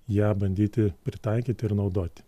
ją bandyti pritaikyti ir naudoti